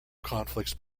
conflicts